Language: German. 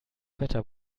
wetter